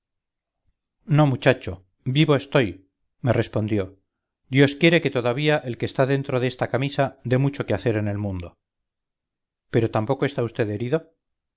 no muchacho vivo estoy me respondió dios quiere que todavía el que está dentro de esta camisa dé mucho que hacer en el mundo pero tampoco está vd herido